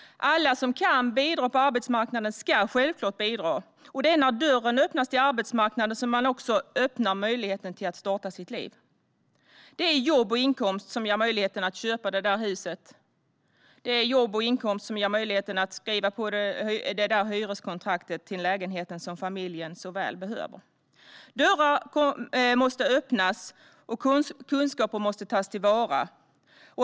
Alla som kan bidra på arbetsmarknaden ska självfallet göra detta. Det är när dörren till arbetsmarknaden öppnas som möjligheten att starta sitt liv öppnas. Det är jobb och inkomst som ger möjlighet att köpa det där huset eller skriva på det där hyreskontraktet till lägenheten som familjen så väl behöver. Dörrar måste öppnas, och kunskaper måste tas till vara.